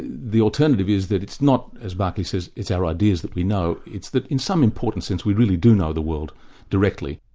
the alternative is that it's not, as barclay says, it's our ideas that we know, it's that in some important sense we really do know the world directly.